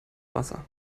wasser